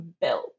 built